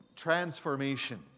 Transformation